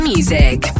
Music